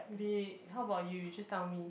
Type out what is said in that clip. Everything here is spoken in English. be it how about you you just tell me